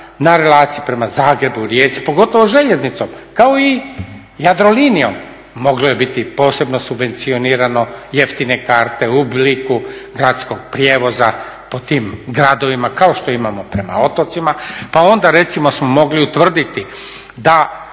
na relaciji prema Zagrebu, Rijeci, pogotovo željeznicom, kao i Jadrolinijom. Moglo je biti posebno subvencionirano, jeftine karte u obliku gradskog prijevoza po tim gradovima, kao što imamo prema otocima, pa onda recimo smo mogli utvrditi da